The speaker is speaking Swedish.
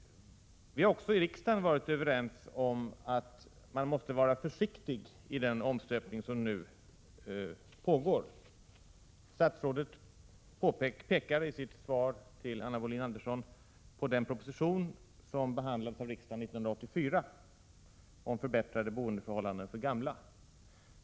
Vi har också i riksdagen varit överens om att man måste vara försiktig vid den omstöpning som nu pågår. Statsrådet pekar i sitt svar till Anna Wohlin-Andersson på den proposition om förbättrade boendeförhållanden för gamla som behandlades av riksdagen 1984.